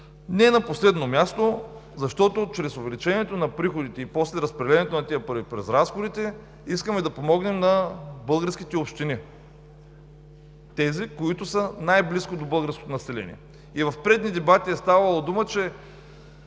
Не на последно място, защото чрез увеличението на приходите и после разпределението на тези пари през разходите, искаме да помогнем на българските общини – тези, които са най-близко до българското население. И в предни дебати е ставало дума, че